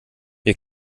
wir